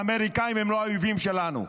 האמריקאים הם לא האויבים שלנו.